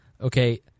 Okay